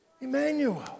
Emmanuel